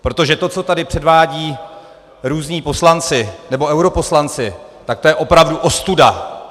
Protože to, co tady předvádí různí poslanci nebo europoslanci, to je opravdu ostuda!